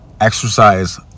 exercise